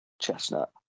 chestnut